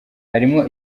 harimo